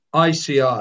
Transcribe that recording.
ICI